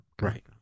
right